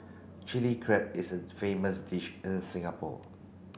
Chilli Crab is a famous dish in Singapore